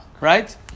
Right